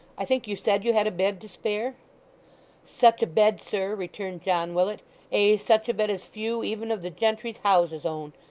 i think you said you had a bed to spare such a bed, sir returned john willet ay, such a bed as few, even of the gentry's houses, own.